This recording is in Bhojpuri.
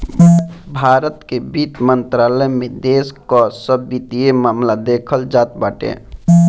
भारत के वित्त मंत्रालय में देश कअ सब वित्तीय मामला देखल जात बाटे